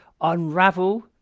unravel